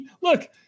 Look